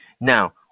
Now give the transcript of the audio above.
now